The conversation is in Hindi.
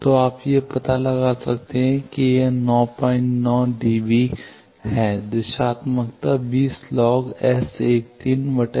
तो आप यह पता लगा सकते हैं कि यह 99 डीबी है दिशात्मकता 20 log